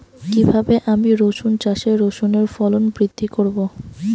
কীভাবে আমি রসুন চাষে রসুনের ফলন বৃদ্ধি করব?